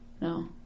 No